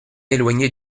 éloigné